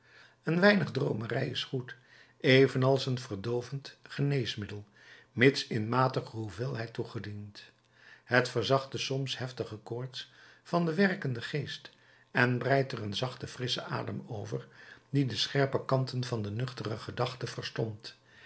een weinig droomerij is goed evenals een verdoovend geneesmiddel mits in matige hoeveelheid toegediend het verzacht de soms heftige koorts van den werkenden geest en breidt er een zachten frisschen adem over die de scherpe kanten van de nuchtere gedachte verstompt